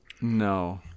No